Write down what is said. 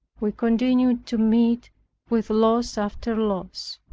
we continued to meet with loss after loss,